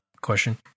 question